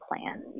plan